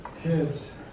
Kids